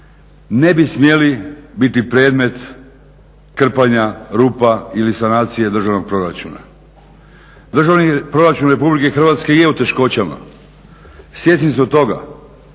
ne bi smjeli biti predmet krpanja rupa ili sanacije državnog proračuna. Državni proračun RH je u teškoćama, svjesni smo toga,